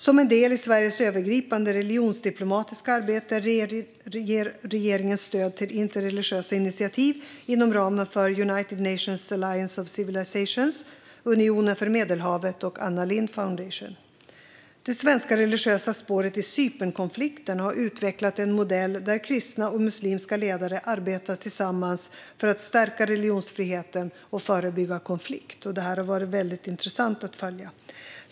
Som en del i Sveriges övergripande religionsdiplomatiska arbete ger regeringen stöd till interreligiösa initiativ inom ramen för United Nations Alliance of Civilizations, Unionen för Medelhavet och Anna Lindh Foundation. Det svenska religiösa spåret i Cypernkonflikten har utvecklat en modell där kristna och muslimska ledare arbetar tillsammans för att stärka religionsfriheten och förebygga konflikt. Detta har varit väldigt intressant att följa.